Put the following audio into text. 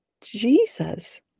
jesus